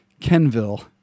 Kenville